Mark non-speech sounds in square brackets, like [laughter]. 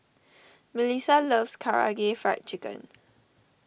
Mellisa loves Karaage Fried Chicken [noise]